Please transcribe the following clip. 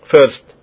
First